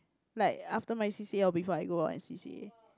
like after my C_C_A or before I go on C_C_A